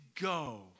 go